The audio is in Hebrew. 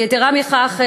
יתרה מכך,